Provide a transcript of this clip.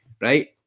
right